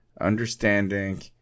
understanding